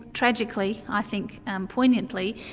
tragically, i think poignantly,